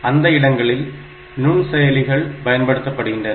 அந்த இடங்களில் நுண்செயலிகள் பயன்படுத்தப்படுகின்றன